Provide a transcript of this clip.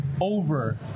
over